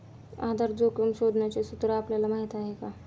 आधार जोखिम शोधण्याचे सूत्र आपल्याला माहीत आहे का?